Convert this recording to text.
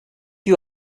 you